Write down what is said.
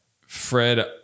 Fred